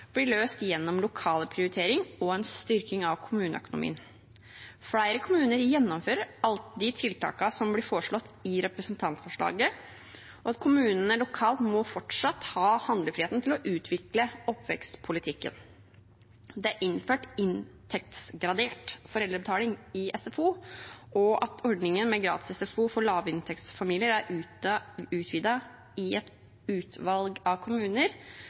løst gjennom lokal prioritering og en styrking av kommuneøkonomien. Flere kommuner gjennomfører alt de tiltakene som blir foreslått i representantforslaget, og kommunene lokalt må fortsatt ha handlefrihet til å utvikle oppvekstpolitikken. Det er innført inntektsgradert foreldrebetaling i SFO, og at ordningen med gratis SFO for lavinntektsfamilier er utvidet i et utvalg kommuner,